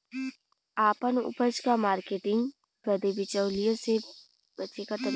आपन उपज क मार्केटिंग बदे बिचौलियों से बचे क तरीका का ह?